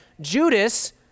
Judas